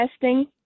testing